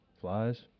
Flies